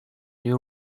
you